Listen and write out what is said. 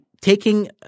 taking